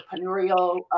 entrepreneurial